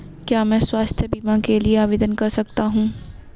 क्या मैं स्वास्थ्य बीमा के लिए आवेदन कर सकता हूँ?